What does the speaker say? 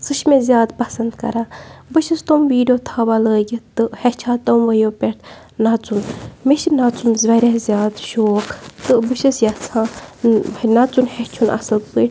سُہ چھِ مےٚ زیادٕ پَسَنٛد کَران بہٕ چھَس تِم ویٖڈیو تھاوان لٲگِتھ تہٕ ہیٚچھان تِموٕیو پٮ۪ٹھ نَژُن مےٚ چھِ نَژُن وارِیاہ زیادٕ شوق تہٕ بہٕ چھَس یَژھان نَژُن ہیٚچھُن اصٕل پٲٹھۍ